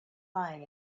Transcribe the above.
lying